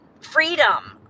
freedom